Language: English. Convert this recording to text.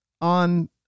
on